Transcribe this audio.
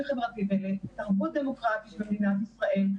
חברתי ולתרבות דמוקרטית במדינת ישראל.